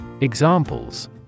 Examples